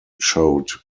showed